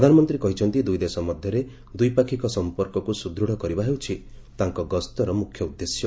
ପ୍ରଧାନମନ୍ତ୍ରୀ କହିଛନ୍ତି ଦୁଇଦେଶ ମଧ୍ୟରେ ଦ୍ୱିପାକ୍ଷିକ ସଂପର୍କକୁ ସୁଦୃଢ଼ କରିବା ହେଉଛି ତାଙ୍କ ଗସ୍ତର ମୁଖ୍ୟ ଉଦ୍ଦେଶ୍ୟ